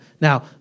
Now